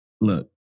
look